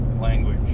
language